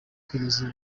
kugeza